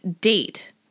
date